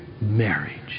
marriage